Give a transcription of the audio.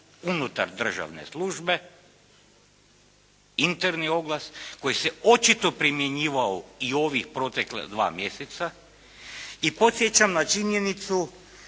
unutar državne službe, interni oglas koji se očito primjenjivao i ova protekla dva mjeseca. I podsjećam na činjenicu